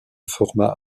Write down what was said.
format